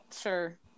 Sure